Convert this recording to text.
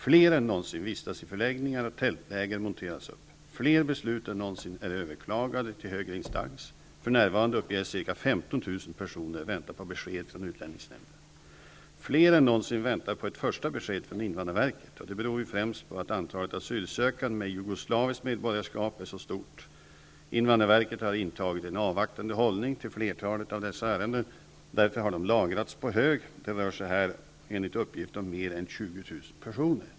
Fler än någonsin vistas i förläggningar, och tältläger monteras upp. Fler beslut än någonsin är överklagade till högre instans. För närvarande uppges ca 15 000 personer vänta på besked från utlänningsnämnden. Fler än någonsin väntar på ett första beslut från invandrarverket. Det beror främst på att antalet asylsökande med jugoslaviskt medborgarskap är så stort. Invandrarverket har intagit en avvaktande hållning till flertalet av dessa ärenden. Därför har de lagrats på hög. Det rör sig här enligt uppgift om mer än 20 000 personer.